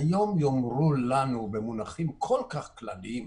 שהיום יאמרו לנו במונחים כל כך כלליים,